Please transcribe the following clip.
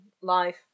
life